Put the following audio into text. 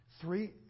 three